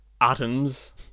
atoms